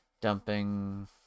dumping